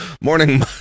Morning